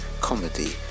comedy